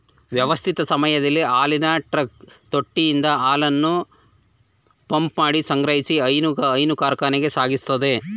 ವ್ಯವಸ್ಥಿತ ಸಮಯದಲ್ಲಿ ಹಾಲಿನ ಟ್ರಕ್ ತೊಟ್ಟಿಯಿಂದ ಹಾಲನ್ನು ಪಂಪ್ಮಾಡಿ ಸಂಗ್ರಹಿಸಿ ಹೈನು ಕಾರ್ಖಾನೆಗೆ ಸಾಗಿಸ್ತದೆ